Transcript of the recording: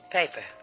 paper